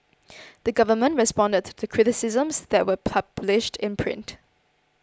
the government responded to the criticisms that were published in print